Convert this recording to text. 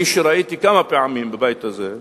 כפי שראיתי כמה פעמים בבית הזה,